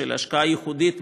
של השקעה ייחודית,